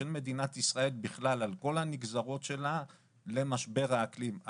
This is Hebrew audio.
של מדינת ישראל בכלל על כל הנגזרות שלה למשבר האקלים.